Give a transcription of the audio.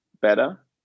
better